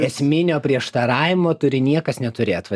esminio prieštaravimo turi niekas neturėt